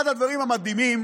אחד הדברים המדהימים